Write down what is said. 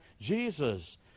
Jesus